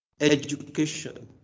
education